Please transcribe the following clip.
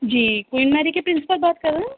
جی Queen Mary کے principal بات کر رہے ہیں